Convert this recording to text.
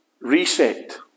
reset